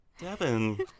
Devin